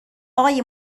آقای